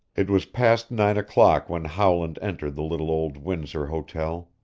it was past nine o'clock when howland entered the little old windsor hotel.